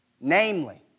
Namely